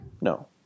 No